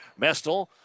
Mestel